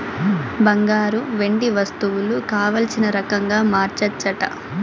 బంగారు, వెండి వస్తువులు కావల్సిన రకంగా మార్చచ్చట